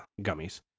gummies